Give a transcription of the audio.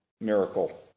miracle